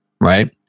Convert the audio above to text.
right